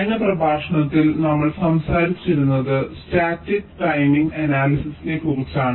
കഴിഞ്ഞ പ്രഭാഷണത്തിൽ നമ്മൾ സംസാരിച്ചിരുന്നത് സ്റ്റാറ്റിക് ടൈമിംഗ് അനാലിസിസ്നെ കുറിച്ചാണ്